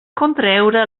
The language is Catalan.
contreure